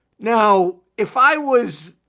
now, if i was